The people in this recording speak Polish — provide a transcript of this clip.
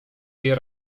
jej